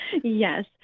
Yes